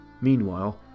Meanwhile